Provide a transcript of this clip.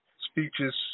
speeches